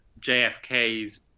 JFK's